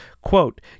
quote